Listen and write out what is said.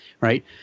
right